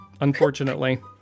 unfortunately